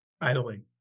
idling